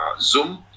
Zoom